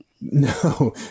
No